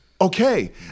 okay